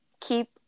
Keep